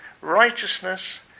righteousness